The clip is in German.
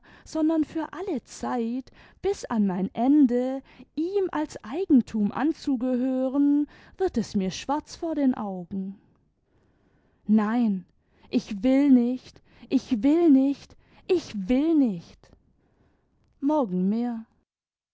sondern für alle zeit bis an mein ende ihm als eigentum anzugehören wird es mir schwarz vor den augen nein ich will nicht ich will nicht ich will nicht morgen mdir